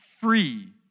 free